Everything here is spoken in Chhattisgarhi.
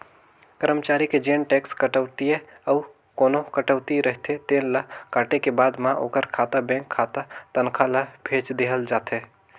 करमचारी के जेन टेक्स कटउतीए अउ कोना कटउती रहिथे तेन ल काटे के बाद म ओखर खाता बेंक खाता तनखा ल भेज देहल जाथे